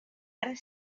ara